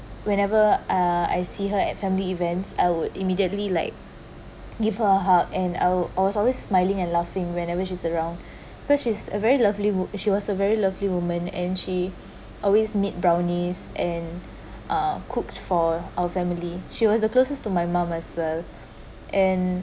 whenever uh I see her at family events I would immediately like give her a hug and I'll always always smiling and laughing whenever she's around which is a very lovely wo~ she was a very lovely woman and she always made brownies and uh cooked for our family she was the closest to my mom as well and